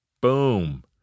Boom